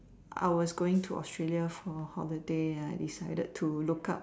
I was going to Australia for holiday and I decided to look up